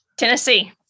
Tennessee